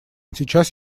сейчас